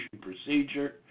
procedure